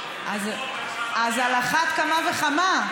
אז על אחת כמה וכמה.